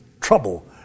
trouble